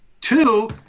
Two